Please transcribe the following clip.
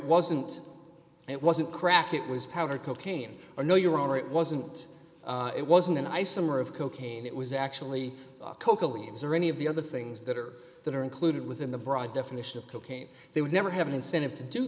wasn't it wasn't crack it was powder cocaine or no your honor it wasn't it wasn't a nice summer of cocaine it was actually coca leaves or any of the other things that are that are included within the broad definition of cocaine they would never have an incentive to do